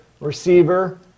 receiver